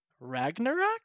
Ragnarok